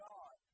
God